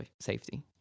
safety